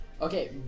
Okay